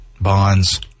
bonds